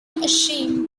ashamed